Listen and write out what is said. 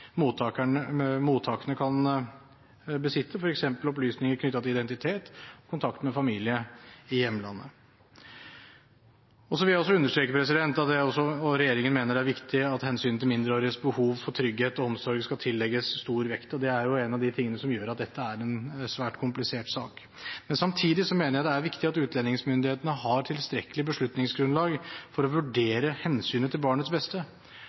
som mottakene kan besitte, f.eks. opplysninger knyttet til identitet og kontakt med familie i hjemlandet. Så vil jeg også understreke at regjeringen og jeg mener det er viktig at hensynet til mindreåriges behov for trygghet og omsorg skal tillegges stor vekt. Det er en av de tingene som gjør at dette er en svært komplisert sak. Men samtidig mener jeg det er viktig at utlendingsmyndighetene har tilstrekkelig beslutningsgrunnlag for å vurdere hensynet til barnets beste.